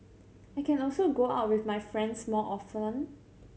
I can also go out with my friends more often